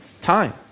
time